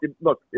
look